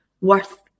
worth